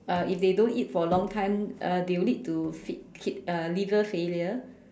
uh if they don't eat for a long time uh they'll lead to fit~ fit~ uh liver failure